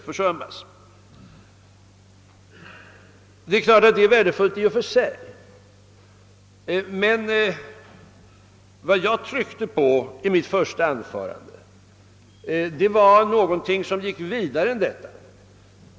En sådan deklaration är naturligtvis värdefull i och för sig, men vad jag tryckte på i mitt första anförande var någonting som gick längre.